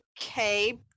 Okay